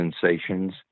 sensations